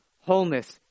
wholeness